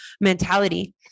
mentality